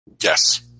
Yes